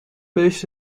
بهش